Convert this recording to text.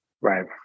Right